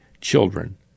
children